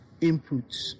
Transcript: inputs